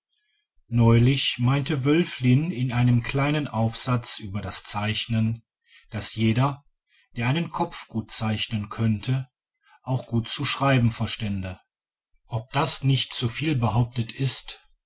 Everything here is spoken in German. neulich meinte wöfflin in einem kleinen aufsatz über das zeichnen daß jeder der einen kopf gut zeichnen könnte auch gut zu schreiben verstände ob das nicht zu viel behauptet ist